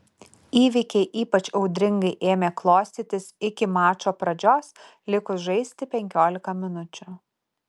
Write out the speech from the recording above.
įvykiai ypač audringai ėmė klostytis iki mačo pradžios likus žaisti penkiolika minučių